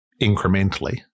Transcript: incrementally